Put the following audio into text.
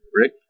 Rick